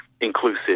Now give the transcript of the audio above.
inclusive